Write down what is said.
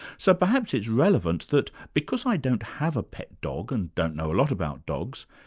so perhaps it's relevant that, because i don't have a pet dog and don't know a lot about dogs,